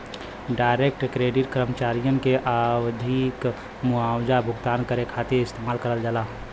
direct credit कर्मचारियन के आवधिक मुआवजा भुगतान करे खातिर इस्तेमाल करल जाला